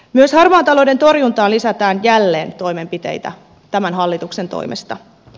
myös harmaan talouden torjuntaan lisätään jälleen toimenpiteitä tämän hallituksen toimesta